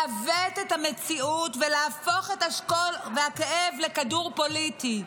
לעוות את המציאות ולהפוך את השכול והכאב לכדור פוליטי.